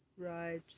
Right